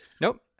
Nope